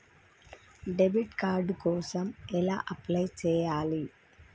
Debit card కోసం ఎలా apply చేయాలి?